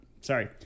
Sorry